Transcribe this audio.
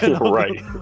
right